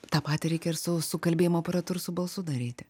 tą patį reikia ir su su kalbėjimo aparatu ir su balsu daryti